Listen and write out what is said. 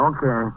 Okay